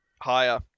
Higher